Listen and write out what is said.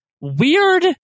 weird